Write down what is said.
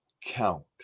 count